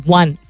one